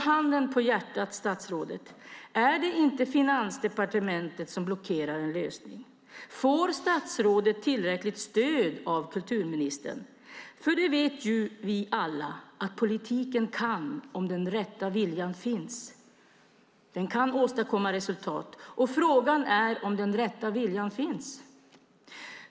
Handen på hjärtat, statsrådet: Är det finansdepartementet som blockerar en lösning? Får statsrådet tillräckligt stöd av kulturministern? Vi vet ju alla att om den rätta viljan finns kan politiken åstadkomma resultat. Men frågan är om den rätta viljan finns.